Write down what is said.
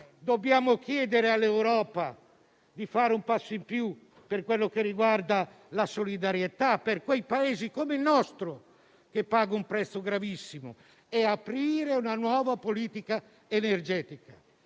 Dobbiamo allora chiedere all'Europa di fare un passo in più per quello che riguarda la solidarietà per quei Paesi come il nostro che pagano un prezzo gravissimo e aprire una nuova politica energetica.